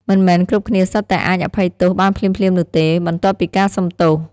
មិនមែនគ្រប់គ្នាសុទ្ធតែអាចអភ័យទោសបានភ្លាមៗនោះទេ បន្ទាប់ពីការសុំទោស។